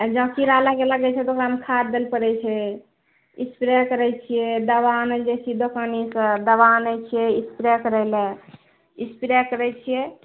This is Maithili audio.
जऽ कीड़ा लागे लागै छै तऽ ओकरामे खाद्य दै लऽ पड़ै छै स्प्रे करै छियै दबा आनै लऽ जाए छियै दोकानसँ दबा आनै छियै स्प्रे करै लऽ स्प्रे करै छियै